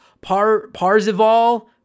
Parzival